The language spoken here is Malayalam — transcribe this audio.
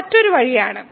ഇത് മറ്റൊരു വഴിയാണ്